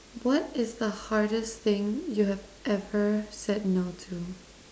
what is the hardest thing you have ever said no to